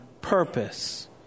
purpose